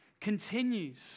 continues